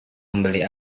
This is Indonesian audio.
membeli